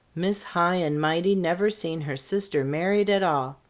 miss high-and-mighty never seen her sister married at all!